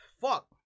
Fuck